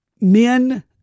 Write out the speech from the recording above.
men